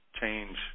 change